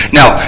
now